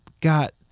got